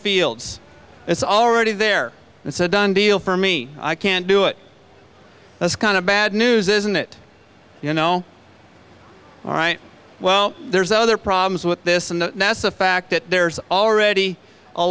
fields it's already there and said done deal for me i can't do it that's kind of bad news isn't it you know all right well there's other problems with this and the nasa fact that there's already a